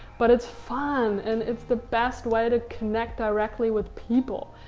but it's fun and it's the best way to connect directly with people.